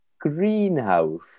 Greenhouse